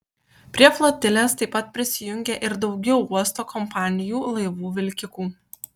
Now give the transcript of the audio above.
prie flotilės taip pat prisijungė ir daugiau uosto kompanijų laivų vilkikų